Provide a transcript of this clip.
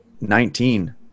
nineteen